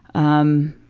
um,